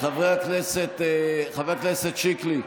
חבר הכנסת שיקלי,